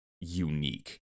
unique